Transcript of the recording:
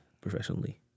professionally